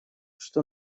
что